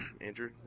Andrew